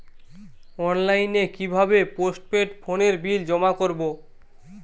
অনলাইনে কি ভাবে পোস্টপেড ফোনের বিল জমা করব?